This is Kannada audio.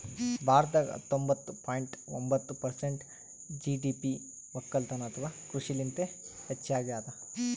ಭಾರತದಾಗ್ ಹತ್ತೊಂಬತ್ತ ಪಾಯಿಂಟ್ ಒಂಬತ್ತ್ ಪರ್ಸೆಂಟ್ ಜಿ.ಡಿ.ಪಿ ವಕ್ಕಲತನ್ ಅಥವಾ ಕೃಷಿಲಿಂತೆ ಹೆಚ್ಚಾಗ್ಯಾದ